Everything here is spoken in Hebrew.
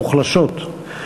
2013,